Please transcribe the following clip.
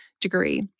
degree